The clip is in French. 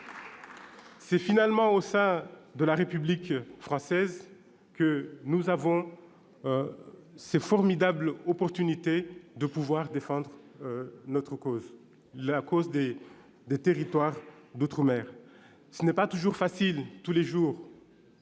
C'est finalement au sein de la République française que nous avons cette formidable occasion de soutenir notre cause, celle des territoires d'outre-mer. Ce n'est pas facile tous les jours